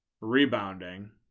rebounding